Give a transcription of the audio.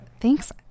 Thanks